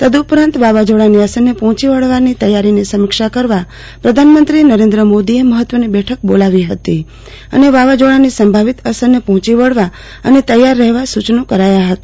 તદ્દઉપરાંત વાવાજોડા ની અસર ને પફોચી વળવાની તૈયારીની સમીક્ષા કરવા પ્રધાનમંત્રી નરેન્દ્ર મોદી એ મફત્વની બેઠક બોલાવી ફતી અને વાવાજોડા ની સંભવિત અસરને પહોચી વળવા અને તૈયાર રહેવા સૂચનો કરાયા હતા